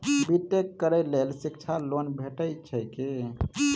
B tech करै लेल शिक्षा लोन भेटय छै की?